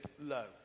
low